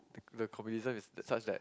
the communism is the such that